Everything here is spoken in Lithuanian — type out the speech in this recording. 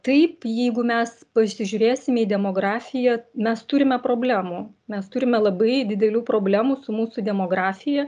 taip jeigu mes pasižiūrėsim į demografiją mes turime problemų mes turime labai didelių problemų su mūsų demografija